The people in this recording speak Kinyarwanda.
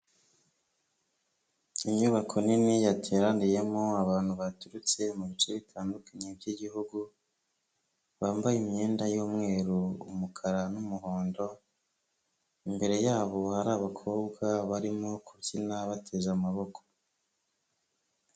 Inyubako nini yateraniyemo abantu baturutse mu bice bitandukanye by'igihugu, bambaye imyenda y'umweru, umukara n'umuhondo, imbere yabo hari abakobwa barimo kubyina bateze amaboko.